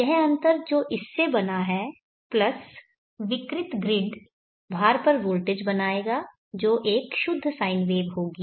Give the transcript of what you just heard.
तो यह अंतर जो इस से बना है प्लस विकृत ग्रिड भार पर वोल्टेज बनाएगा जो एक शुद्ध साइन वेव होगी